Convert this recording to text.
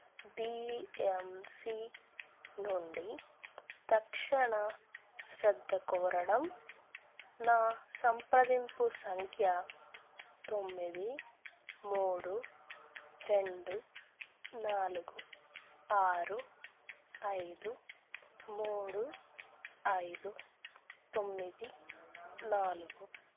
be M C నుండి తక్షణ శ్రద్ధ కోరడం నా సంప్రదింపు సంఖ్య తొమ్మిది మూడు రెండు నాలుగు ఆరు ఐదు మూడు ఐదు తొమ్మిది నాలుగు